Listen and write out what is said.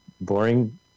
boring